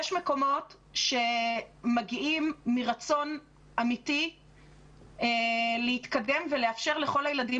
יש מקומות שמגיעים מרצון אמיתי להתקדם ולאפשר לכל הילדים